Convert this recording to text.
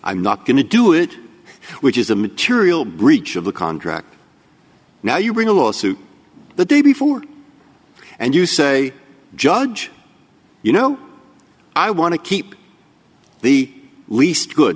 i'm not going to do it which is a material breach of the contract now you bring a lawsuit the day before and you say judge you know i want to keep the least good